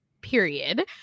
period